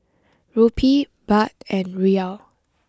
Rupee Baht and Riyal